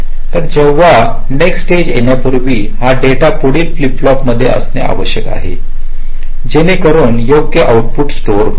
तर जेव्हा next stage येण्यापूर्वी हा डेटा पुढील फ्लिप फ्लॉपमध्ये असणे आवश्यक आहे जेणेकरून योग्य आउट पुट स्टोअर होईल